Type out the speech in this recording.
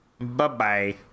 Bye-bye